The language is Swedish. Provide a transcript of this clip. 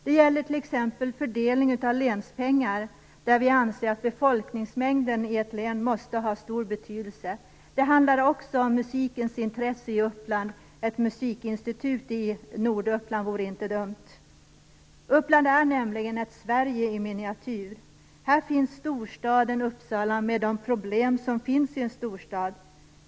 Det gäller t.ex. fördelningen av länspengar, där Centerpartiet anser att befolkningsmängden i ett län måste ha stor betydelse. Det handlar också om intresset för musik i Uppland. Ett musikinstitut i Norduppland vore inte dumt. Uppland är ett Sverige i miniatyr. Här finns storstaden Uppsala med de problem som finns i en storstad.